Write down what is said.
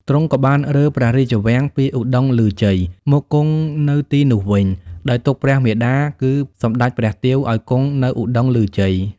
ទ្រង់ក៏បានរើព្រះរាជវាំងពីឧត្តុង្គឮជ័យមកគង់នៅទីនោះវិញ ដោយទុកព្រះមាតាគឺ សម្តេចព្រះទាវ ឲ្យគង់នៅឧត្តុង្គឮជ័យ។